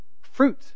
Fruit